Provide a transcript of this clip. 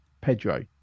pedro